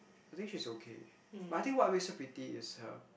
I think she's okay but I think what makes her pretty is her